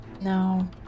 No